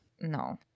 No